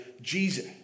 Jesus